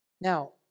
Now